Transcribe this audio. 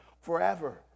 Forever